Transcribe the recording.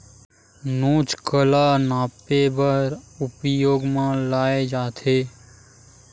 नोच काला मापे बर उपयोग म लाये जाथे?